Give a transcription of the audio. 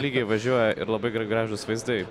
lygiai važiuoja ir labai gar gražūs vaizdai